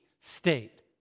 state